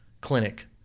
clinic